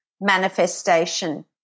manifestation